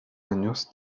años